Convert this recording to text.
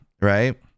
right